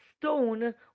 stone